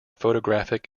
photographic